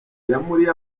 yamuriye